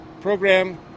program